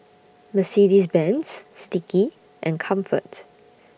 Mercedes Benz Sticky and Comfort